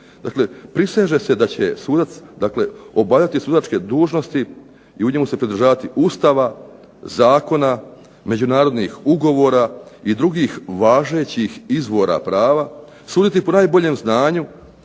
priseže se da će sudac obavljati sudačke dužnosti i u njemu se pridržavati Ustava, zakona, međunarodnih ugovora i drugih važećih izvora prava, suditi po najboljem znanju,